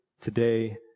today